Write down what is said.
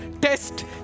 Test